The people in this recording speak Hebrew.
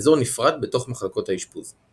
באזור נפרד בתוך מחלקות האשפוז.